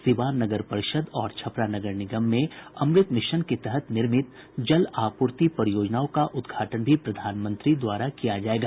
सीवान नगर परिषद और छपरा नगर निगम में अमृत मिशन के तहत निर्मित जल आपूर्ति परियोजनाओं का उद्घाटन भी प्रधानमंत्री द्वारा किया जाएगा